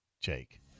Jake